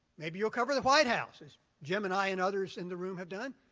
maybe you'll cover the white house as jim and i and others in the room have done.